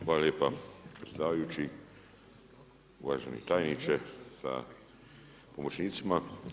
Hvala lijepa predsjedavajući, uvaženi tajniče sa pomoćnicima.